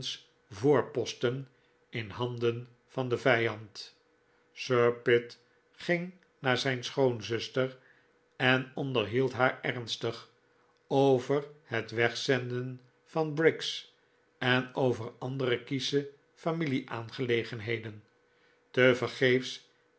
voorposten in handen van den vijand sir pitt ging naar zijn schoonzuster en onderhield haar ernstig over het wegzenden van briggs en over andere kiesche familie-aangelegenheden tevergeefs